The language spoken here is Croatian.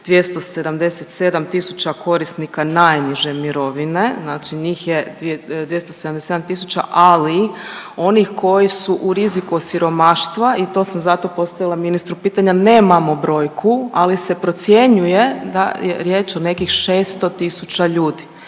277.000 korisnika najniže mirovine znači njih je 277.000, ali oni koji su u riziku od siromaštva i to sam zato postavila pitanje, nemamo brojku ali se procjenjuje da je riječ o nekih 600.000 ljudi,